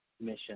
mission